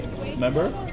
Remember